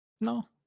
No